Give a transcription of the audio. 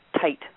tight